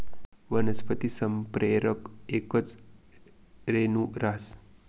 वनस्पती संप्रेरक येकच रेणू रहास